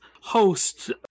host